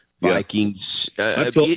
vikings